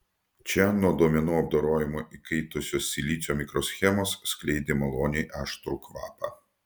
čia nuo duomenų apdorojimo įkaitusios silicio mikroschemos skleidė maloniai aštrų kvapą